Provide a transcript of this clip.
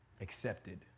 accepted